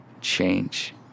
change